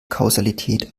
kausalität